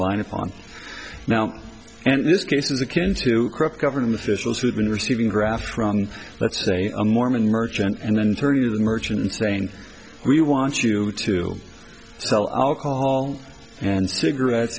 line upon now and this case is akin to corrupt government officials who have been receiving graft from let's say a mormon church and then turning to the merchant and saying we want you to sell alcohol and cigarettes